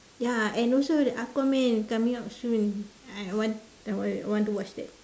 ya and also the Aquaman is coming out soon I want I want to watch that